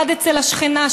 שעבד אצל השכנה,